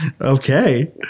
okay